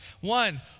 One